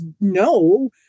no